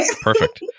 Perfect